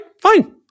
fine